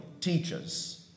teaches